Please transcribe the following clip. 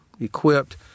equipped